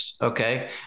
okay